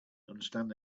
understand